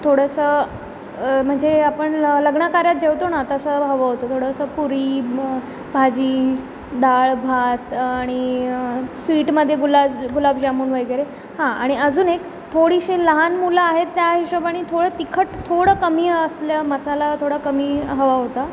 थोडंसं म्हणजे आपण लग्नाकार्यात जेवतो ना तसं हवं होतं थोडंसं पुरी ब भाजी दाळ भात आणि स्वीटमध्ये गुलाबज गुलाबजामून वगैरे हां आणि अजून एक थोडीशी लहान मुलं आहेत त्या हिशोबानी थोडं तिखट थोडं कमी असल्या मसाला थोडा कमी हवा होता